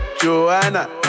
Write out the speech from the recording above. Joanna